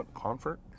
comfort